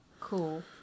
Cool